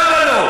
למה לא?